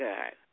God